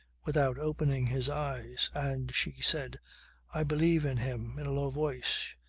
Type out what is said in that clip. without opening his eyes. and she said i believe in him, in a low voice.